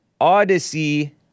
Odyssey